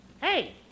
Hey